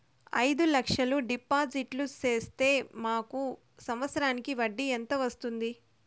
అయిదు లక్షలు డిపాజిట్లు సేస్తే మాకు సంవత్సరానికి వడ్డీ ఎంత వస్తుంది?